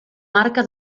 marca